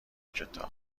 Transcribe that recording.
کتاب